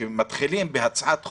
כשמתחילים בהצעת חוק,